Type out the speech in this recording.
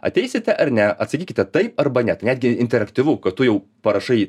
ateisite ar ne atsakykite taip arba ne tai netgi interaktyvu kad tu jau parašai